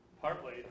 partly